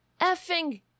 effing